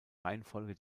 reihenfolge